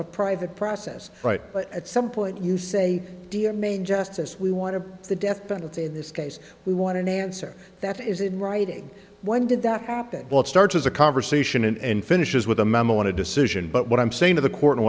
a private process right but at some point you say dear main justice we want to the death penalty in this case we wanted to answer that is in writing when did that happen well it starts as a conversation and finishes with a memo on a decision but what i'm saying to the court